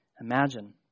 imagine